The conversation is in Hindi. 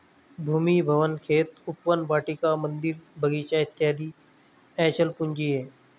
भूमि, भवन, खेत, उपवन, वाटिका, मन्दिर, बगीचा इत्यादि अचल पूंजी है